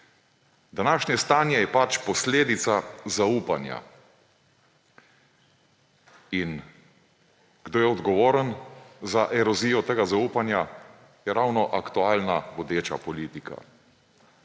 Današnje stanje je pač posledica zaupanja. In kdo je odgovoren za erozijo tega zaupanja? Ja, ravno aktualna vodeča politika.